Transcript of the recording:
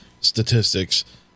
statistics